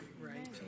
Right